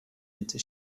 into